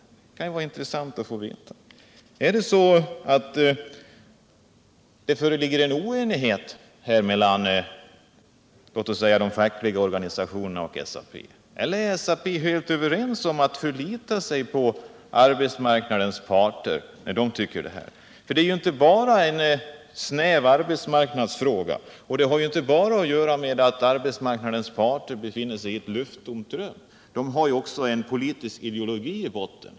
Det kan vara intressant att få veta det. Är det så att det föreligger en oenighet här mellan låt oss säga de fackliga organisationerna och SAP eller är man inom SAP helt överens om att förlita sig på arbetsmarknadens parter, när de tycker på detta sätt? Det är ju inte bara en snäv arbetsmarknadsfråga, och det har inte bara att göra med att arbetsmarknadens parter befinner sig i ett lufttomt rum. De har också, efter vad jag förstår, en politisk ideologi i botten.